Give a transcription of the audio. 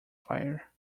fire